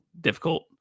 difficult